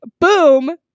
boom